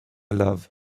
love